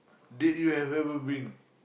date you have ever been